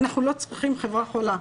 אנחנו לא צריכים חברה חולה.